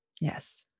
Yes